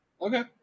Okay